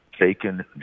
taken